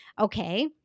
Okay